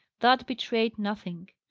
that betrayed nothing.